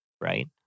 right